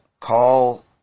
Call